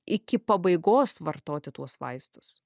iki pabaigos vartoti tuos vaistus